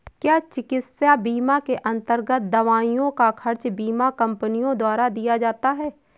क्या चिकित्सा बीमा के अन्तर्गत दवाइयों का खर्च बीमा कंपनियों द्वारा दिया जाता है?